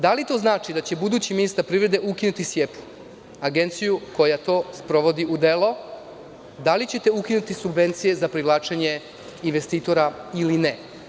Da li to znači da će budući ministar privrede ukinuti „SJEPU“, agenciju koja to sprovodi u delo, da li ćete ukinuti subvencije za privlačenje investitora ili ne?